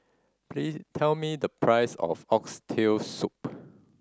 please tell me the price of Oxtail Soup